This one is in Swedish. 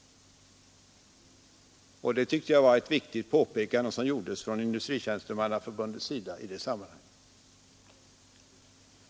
Jag tycker detta var ett viktigt påpekande från Industritjänstemannaförbundet i det sammanhanget.